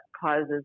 causes